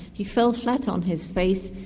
he fell flat on his face,